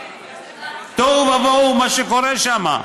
תוהו ובוהו, מה שקורה שם.